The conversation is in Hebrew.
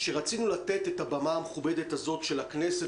רצינו לתת את הבמה המכובדת הזאת של הכנסת